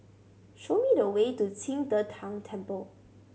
show me the way to Qing De Tang Temple